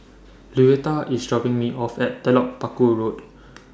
Luetta IS dropping Me off At Telok Paku Road